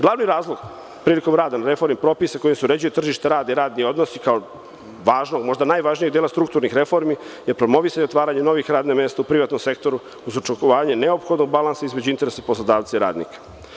Glavni razlog prilikom rada na reformi propisa kojim se uređuju tržište rada i rani odnosi kao važnog, možda i najvažnijeg dela strukturnih reformi je promovisanje i otvaranje novih radnih mesta u privatnom sektoru za očuvanje neophodnog balansa između interesa poslodavaca i radnika.